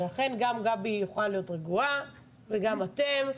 לכן גם גבי יכולה להיות רגועה וגם אתם.